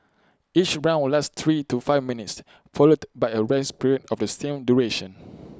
each round lasts three to five minutes followed by A rest period of the same duration